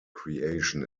creation